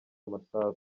amasasu